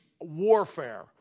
warfare